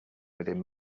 within